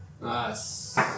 Nice